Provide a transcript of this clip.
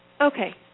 Okay